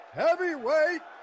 heavyweight